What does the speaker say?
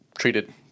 treated